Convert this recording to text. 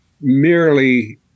merely